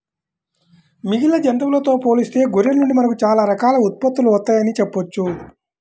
మిగిలిన జంతువులతో పోలిస్తే గొర్రెల నుండి మనకు చాలా రకాల ఉత్పత్తులు వత్తయ్యని చెప్పొచ్చు